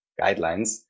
guidelines